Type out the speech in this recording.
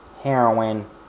heroin